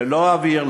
ללא אוויר,